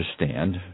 understand